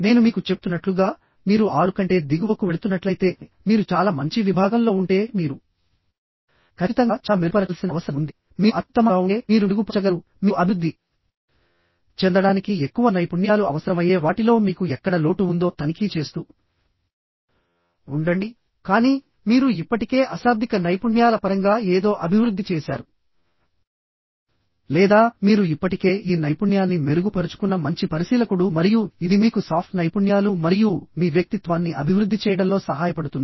నేను మీకు చెప్తున్నట్లుగామీరు ఆరు కంటే దిగువకు వెళుతున్నట్లయితేమీరు చాలా మంచి విభాగంలో ఉంటే మీరు ఖచ్చితంగా చాలా మెరుగుపరచాల్సిన అవసరం ఉందిమీరు అత్యుత్తమంగా ఉంటే మీరు మెరుగుపరచగలరుమీరు అభివృద్ధి చెందడానికి ఎక్కువ నైపుణ్యాలు అవసరమయ్యే వాటిలో మీకు ఎక్కడ లోటు ఉందో తనిఖీ చేస్తూ ఉండండి కానీ మీరు ఇప్పటికే అశాబ్దిక నైపుణ్యాల పరంగా ఏదో అభివృద్ధి చేసారు లేదా మీరు ఇప్పటికే ఈ నైపుణ్యాన్ని మెరుగుపరుచుకున్న మంచి పరిశీలకుడు మరియు ఇది మీకు సాఫ్ట్ నైపుణ్యాలు మరియు మీ వ్యక్తిత్వాన్ని అభివృద్ధి చేయడంలో సహాయపడుతుంది